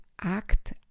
act